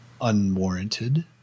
unwarranted